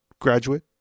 graduate